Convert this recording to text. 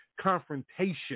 confrontation